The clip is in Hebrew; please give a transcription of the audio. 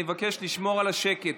אני מבקש לשמור על השקט.